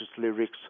lyrics